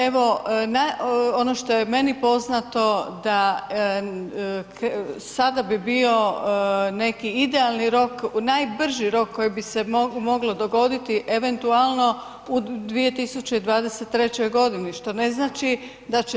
Evo ono što je meni poznato da sada bi bio neki idealni rok, najbrži rok koji bi se moglo dogoditi, eventualno u 2023. g. što znači da će